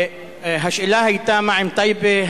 השאלה היתה מה עם טייבה,